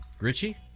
Richie